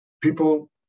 People